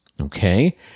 Okay